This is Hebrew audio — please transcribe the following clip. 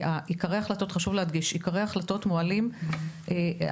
חשוב להדגיש שעיקרי ההחלטות מועלים על